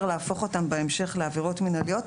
להפוך אותם בהמשך לעבירות מינהליות,